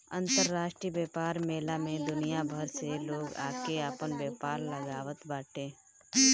अंतरराष्ट्रीय व्यापार मेला में दुनिया भर से लोग आके आपन व्यापार लगावत बाटे